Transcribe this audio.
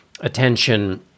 attention